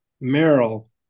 Merrill